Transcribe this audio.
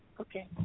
Okay